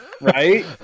Right